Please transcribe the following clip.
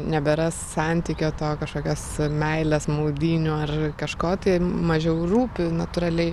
nebėra santykio to kažkokios meilės maudynių ar kažko tai mažiau rūpi natūraliai